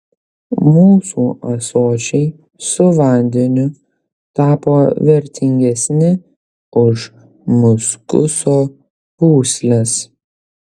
mūsų ąsočiai su vandeniu tapo vertingesni už muskuso pūsles